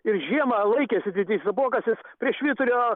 ir žiemą laikėsi didysis apuokas jis prie švyturio